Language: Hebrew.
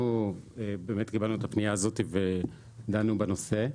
אנחנו קיבלנו את הפנייה הזאת ודנו בנושא.